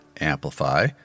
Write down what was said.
amplify